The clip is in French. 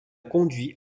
conduit